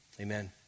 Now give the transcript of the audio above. Amen